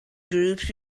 groups